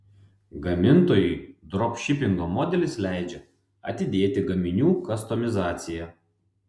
gamintojui dropšipingo modelis leidžia atidėti gaminių kastomizaciją